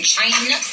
China